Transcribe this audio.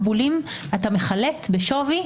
כאשר הולכים לחילוט בשווי,